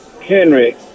Henry